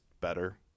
better